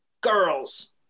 girls